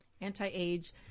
Anti-age